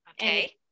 Okay